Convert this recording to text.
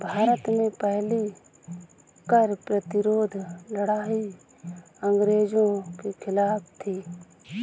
भारत में पहली कर प्रतिरोध लड़ाई अंग्रेजों के खिलाफ थी